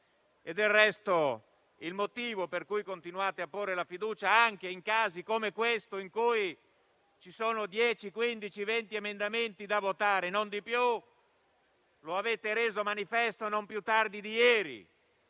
Del resto, il motivo per cui continuate a porre la fiducia, anche in casi come questo, in cui ci sono da votare non più di 20 emendamenti, lo avete reso manifesto non più tardi di ieri,